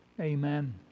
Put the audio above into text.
amen